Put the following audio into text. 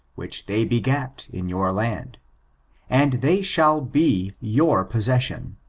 which they begat in your land and they shall be your possession.